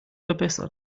verbessert